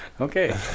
Okay